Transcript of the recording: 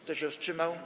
Kto się wstrzymał?